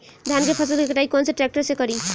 धान के फसल के कटाई कौन सा ट्रैक्टर से करी?